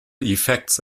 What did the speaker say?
effects